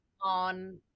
on